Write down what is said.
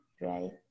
right